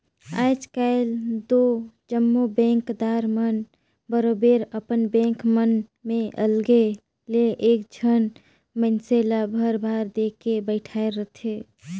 आएज काएल दो जम्मो बेंकदार मन बरोबेर अपन बेंक मन में अलगे ले एक झन मइनसे ल परभार देके बइठाएर रहथे